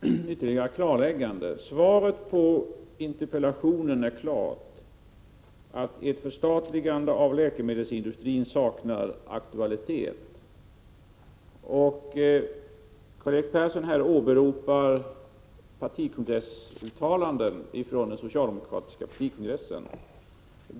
Fru talman! Ytterligare ett klarläggande: Svaret på interpellationen är klart — ett förstatligande av läkemedelsindustrin saknar aktualitet. Karl-Erik Persson har åberopat uttalanden från socialdemokratiska partikongresser.